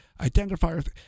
identifier